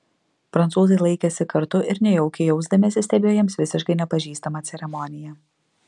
prancūzai laikėsi kartu ir nejaukiai jausdamiesi stebėjo jiems visiškai nepažįstamą ceremoniją